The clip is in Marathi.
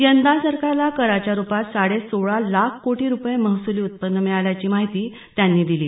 यंदा सरकारला कराच्या रुपात साडे सोळा लाख कोटी रुपये महसुली उत्पन्न मिळाल्याची माहिती त्यांनी दिली